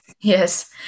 Yes